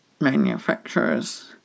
manufacturers